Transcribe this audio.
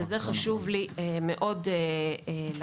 ואת זה חשוב לי מאוד להמחיש,